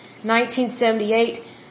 1978